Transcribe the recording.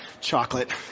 Chocolate